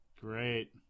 Great